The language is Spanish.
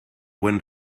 buen